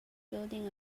building